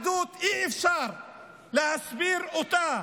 אחדות, אי-אפשר להסביר אותה